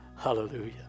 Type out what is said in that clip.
Hallelujah